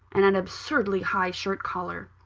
and an absurdly high shirt collar.